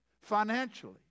financially